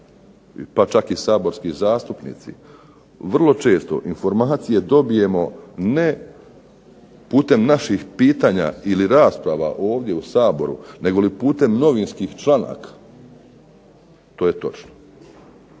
pa čak i Saborski zastupnici vrlo često informacije dobijemo ne putem naših pitanja i rasprava u ovome Saboru nego putem novinskih članaka. To je točno.